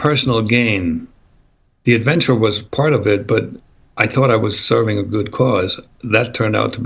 personal gain the adventure was part of it but i thought i was serving a good cause that turned out to